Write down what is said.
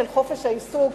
נושא חופש העיסוק,